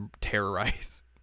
terrorize